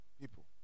people